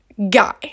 guy